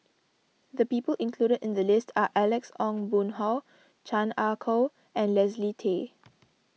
the people included in the list are Alex Ong Boon Hau Chan Ah Kow and Leslie Tay